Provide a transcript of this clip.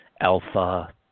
alpha